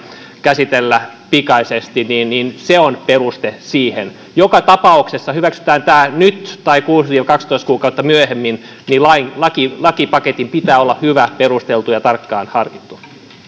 käsitellä pikaisesti niin niin se on peruste siihen joka tapauksessa hyväksytään tämä nyt tai kuusi viiva kaksitoista kuukautta myöhemmin lakipaketin pitää olla hyvä perusteltu ja tarkkaan harkittu